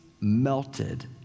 melted